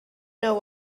know